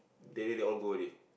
they they all go already